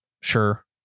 sure